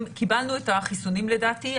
קיבלנו את החיסונים, לדעתי.